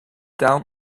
down